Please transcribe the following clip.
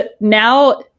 now